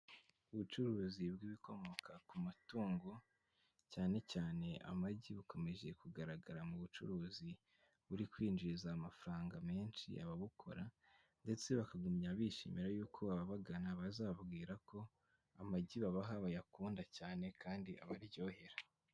Ubucuruzi bw'ibikomoka ku matungo, cyane cyane amagi, bukomeje kugaragara mu bucuruzi buri kwinjiriza amafaranga menshi ababukora, ndetse bakagumya bishimira y'uko ababagana baza bababwira ko amagi babaha bayakunda cyane, kandi abaryohera.